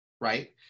right